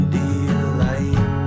delight